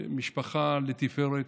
זו משפחה לתפארת.